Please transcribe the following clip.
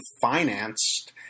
financed